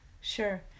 sure